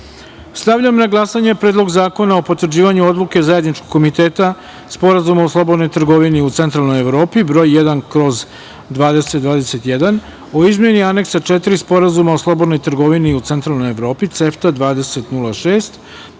na glasanje - Predlog zakona o potvrđivanju Odluke Zajedničkog komiteta Sporazuma o slobodnoj trgovini u Centralnoj Evropi Broj 1/2021 o izmeni Aneksa 4 Sporazuma o slobodnoj trgovini u Centralnoj Evropi (CEFTA 2006),